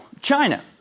China